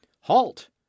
HALT